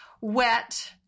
wet